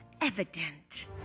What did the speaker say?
evident